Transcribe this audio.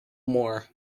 more